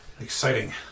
exciting